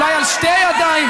אולי על שתי ידיים,